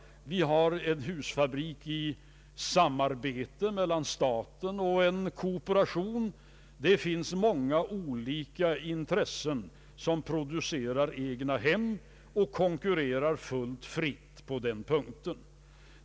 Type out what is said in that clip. Vi har en husfabrik i samarbete mellan staten och en kooperation. Det finns många olika intressen som producerar egnahem och konkurrerar fullt fritt i den verksamheten.